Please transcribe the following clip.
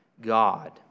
God